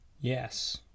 Yes